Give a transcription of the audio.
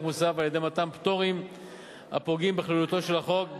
מוסף על-ידי מתן פטורים הפוגעים בכלליותו של החוק,